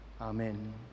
Amen